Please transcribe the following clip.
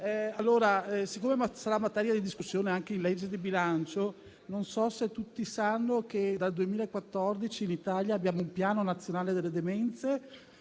Siccome questa sarà materia di discussione anche in legge di bilancio, non so se tutti sanno che dal 2014 in Italia abbiamo un Piano nazionale demenze,